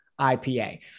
IPA